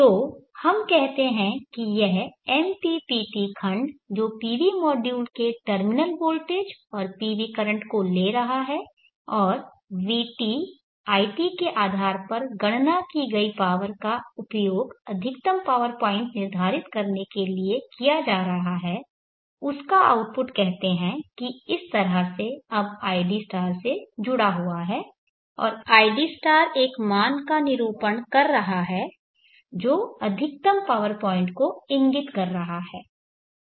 तो हम कहते हैं कि यह MPPT खंड जो PV मॉड्यूल के टर्मिनल वोल्टेज और PV करंट को ले रहा है और vt it के आधार पर गणना की गई पावर का उपयोग अधिकतम पावर पॉइंट निर्धारित करने के लिए किया जा रहा है उस का आउटपुट कहते हैं कि इस तरह से अब id से जुड़ा हुआ है और id एक मान का निरूपण कर रहा है जो अधिकतम पावर पॉइंट को इंगित कर रहा है